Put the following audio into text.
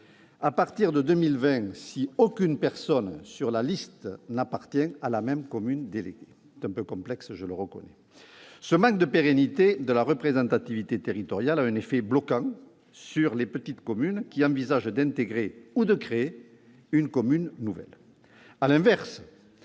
à partir de 2020, si aucune personne sur la liste n'appartient à la même commune déléguée. Ce manque de pérennité de la représentativité territoriale a un effet bloquant pour les petites communes qui envisagent d'intégrer ou de créer une commune nouvelle.